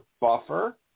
buffer